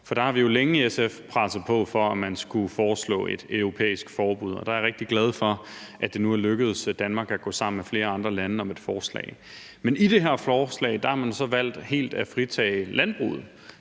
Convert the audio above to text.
For der har vi jo længe i SF presset på for, at man skulle foreslå et europæisk forbud, og der er jeg rigtig glad for, at det nu er lykkedes Danmark at gå sammen med flere andre lande om et forslag. Men i det her forslag har man så valgt helt at fritage landbruget.